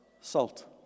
salt